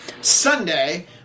Sunday